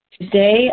Today